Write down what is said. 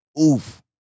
Oof